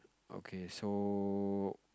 okay so